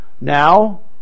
Now